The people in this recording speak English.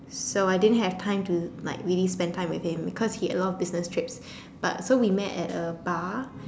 so I didn't have time to like really spend time with him because he had a lot of business trips but so we met at a bar